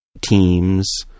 teams